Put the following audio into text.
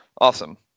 Awesome